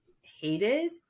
hated